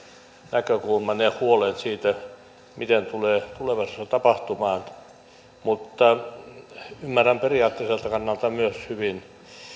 näkökulman ja huolen siitä miten tulee tulevaisuudessa tapahtumaan mutta ymmärrän periaatteelliselta kannalta myös hyvin